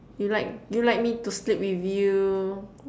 you like you like me to sleep with you